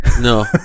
No